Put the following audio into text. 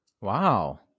Wow